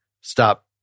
stop